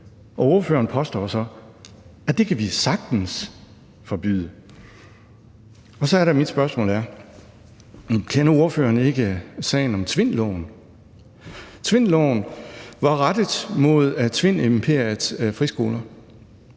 Ordføreren påstår så, at det kan vi sagtens forbyde. Så er det, at mit spørgsmål er: Kender ordføreren ikke sagen om Tvindloven? Tvindloven var rettet mod Tvindimperiets friskoler.